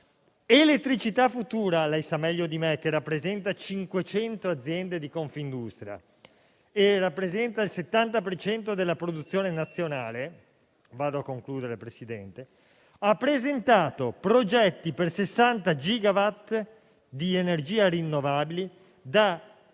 Elettricità Futura, che rappresenta 500 aziende di Confindustria e il 70 per cento della produzione nazionale, ha presentato progetti per 60 gigawatt di energie rinnovabili da